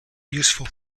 useful